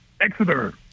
Exeter